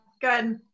Good